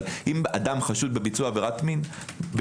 אבל אם אדם חשוד בביצוע עבירת מין,